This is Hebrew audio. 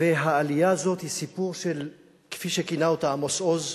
העלייה הזאת היא סיפור, כפי שכינה אותה עמוס עוז,